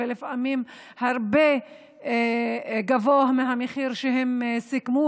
ולפעמים מחירם הרבה יותר גבוה מהמחיר שהם סיכמו.